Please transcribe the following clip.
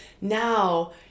now